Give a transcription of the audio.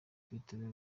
twiteguye